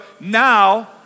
Now